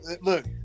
look